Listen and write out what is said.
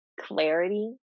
clarity